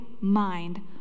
mind